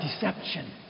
deception